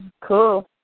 Cool